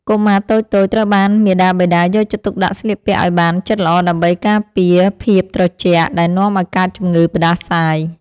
កុមារតូចៗត្រូវបានមាតាបិតាយកចិត្តទុកដាក់ស្លៀកពាក់ឱ្យបានជិតល្អដើម្បីការពារភាពត្រជាក់ដែលនាំឱ្យកើតជំងឺផ្ដាសាយ។